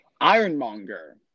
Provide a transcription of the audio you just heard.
Ironmonger